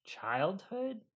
childhood